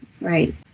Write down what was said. right